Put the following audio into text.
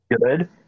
good